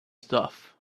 stuff